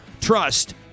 trust